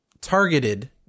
targeted